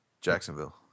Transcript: Jacksonville